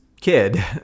kid